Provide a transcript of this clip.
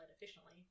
efficiently